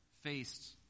faced